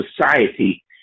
society